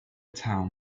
town